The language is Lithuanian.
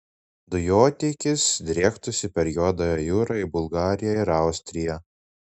dujotiekis driektųsi per juodąją jūrą į bulgariją ir austriją